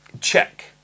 check